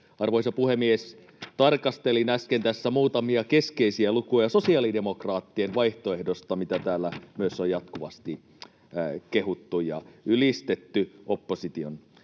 arvoisa puhemies, tarkastelin tässä äsken muutamia keskeisiä lukuja sosiaalidemokraattien vaihtoehdosta, mitä täällä myös on jatkuvasti kehuttu ja ylistetty opposition